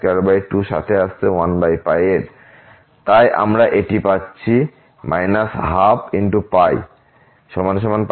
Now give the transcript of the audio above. সুতরাং এটি একটি 22 সাথে আসছে 1 এর তাই আমরা এটি পাচ্ছি 12× π 2